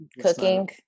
cooking